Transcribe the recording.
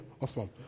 awesome